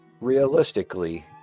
Realistically